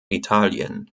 italien